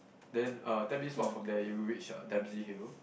then uh ten minutes walk from there you'll reach uh Dempsey-Hill